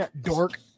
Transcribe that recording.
Dork